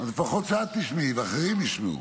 אז לפחות שאת תשמעי ואחרים ישמעו.